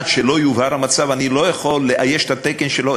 עד שלא יובהר המצב אני לא יכול לאייש את התקן שלו,